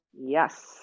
yes